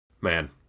Man